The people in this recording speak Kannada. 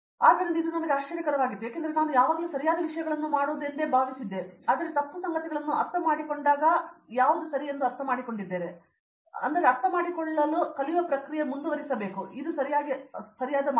ಆದ್ದರಿಂದ ಅದು ನನಗೆ ಆಶ್ಚರ್ಯಕರವಾಗಿತ್ತು ಏಕೆಂದರೆ ನಾನು ಯಾವಾಗಲೂ ಸರಿಯಾದ ವಿಷಯಗಳನ್ನು ಮಾಡುವುದು ಎಂದು ಭಾವಿಸಿದೆವು ಆದರೆ ತಪ್ಪು ಸಂಗತಿಗಳನ್ನು ಅರ್ಥಮಾಡಿಕೊಳ್ಳಲು ಅದು ಸರಿ ಎಂದು ನಾನು ಅರ್ಥಮಾಡಿಕೊಂಡಿದ್ದೇನೆ ಮತ್ತು ಅದನ್ನು ಅರ್ಥಮಾಡಿಕೊಳ್ಳಲು ಕಲಿಯುವ ಪ್ರಕ್ರಿಯೆ ಮುಂದುವರಿಯುತ್ತದೆ ಸರಿಯಾದ ಅರ್ಥ